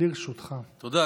תודה.